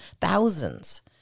thousands